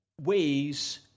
ways